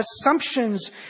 assumptions